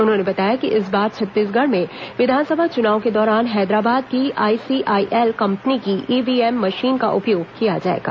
उन्होंने बताया कि इस बार छत्तीसगढ़ में विधानसभा चुनाव के दौरान हैदराबाद की आईसीआईएल कंपनी की ईव्हीएम मशीन का उपयोग किया जाएगा